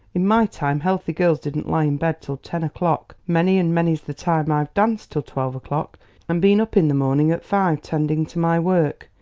in my time healthy girls didn't lie in bed till ten o'clock. many and many's the time i've danced till twelve o'clock and been up in the morning at five tending to my work.